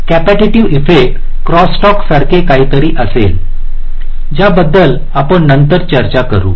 capacitive effect cross talk सारखे काहीतरी असेल ज्याबद्दल आपण नंतर चर्चा करू